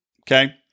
Okay